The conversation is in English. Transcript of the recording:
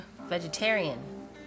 vegetarian